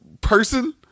person